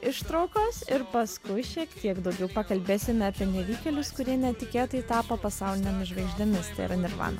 ištraukos ir paskui šiek tiek daugiau pakalbėsim apie nevykėlius kurie netikėtai tapo pasaulinėmis žvaigždėmis tai yra nirvana